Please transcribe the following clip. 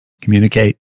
communicate